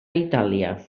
itàlia